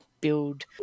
build